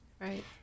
right